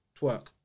twerk